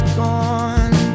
gone